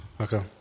Okay